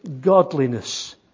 godliness